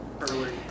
early